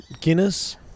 Guinness